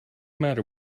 matter